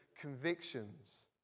convictions